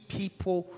people